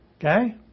Okay